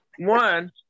One